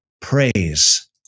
praise